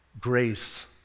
grace